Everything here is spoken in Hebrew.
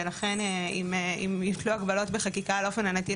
ולכן אם יוטלו הגבלות בחקיקה על אופן הנטילה